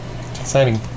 Exciting